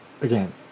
again